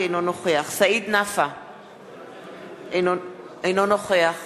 אינו נוכח סעיד נפאע, אינו נוכח